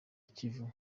kivu